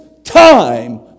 time